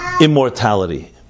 immortality